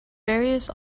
various